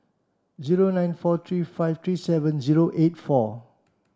zero nine four three five three seven zero eight four